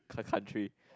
c~ country